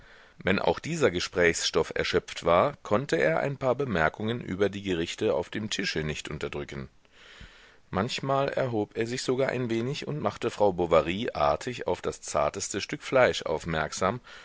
wenn auch dieser gesprächsstoff erschöpft war konnte er ein paar bemerkungen über die gerichte auf dem tische nicht unterdrücken manchmal erhob er sich sogar ein wenig und machte frau bovary artig auf das zarteste stück fleisch aufmerksam